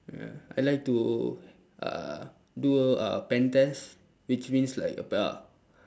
ya I like to uh do a pen test which means like uh